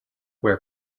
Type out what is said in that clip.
where